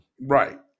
Right